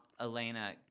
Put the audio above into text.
Elena